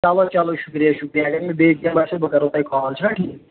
چلو چلو شُکریہ شُکریہ اگر مےٚ بیٚیہِ کینہہ باسیو بہٕ کَرو تۄہہِ کال چھُ نا ٹھیٖک